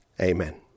amen